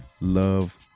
love